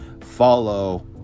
follow